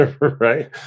right